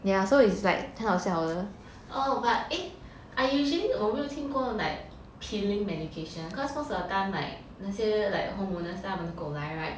oh but eh I usually 我没有听过 like peeling medication cause of the time like 那些 homeowner 带他们的狗来 [right]